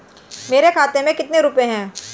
मेरे खाते में कितने रुपये हैं?